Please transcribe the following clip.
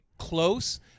Close